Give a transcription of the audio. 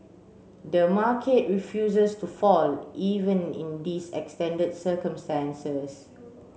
the market refuses to fall even in these extended circumstances